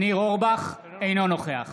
אינו נוכח